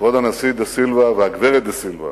כבוד הנשיא דה סילבה והגברת דה סילבה,